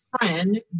friend